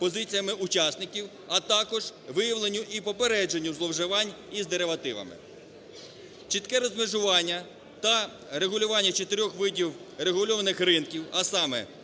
позиціями учасників, а також виявленню і попередженню зловживань із деривативами. Чітке розмежування та регулювання 4 видів регульованих ринків, а саме: